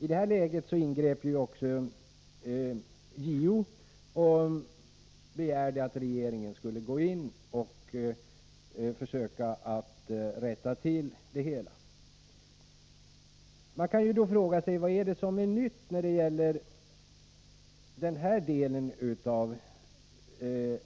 I det läget ingrep JO och begärde att regeringen skulle gå in och försöka rätta till det hela. Man kan fråga sig vad det är som är nytt i den här delen av